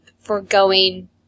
forgoing